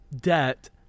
debt